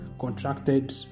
contracted